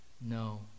no